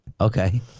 Okay